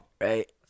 Right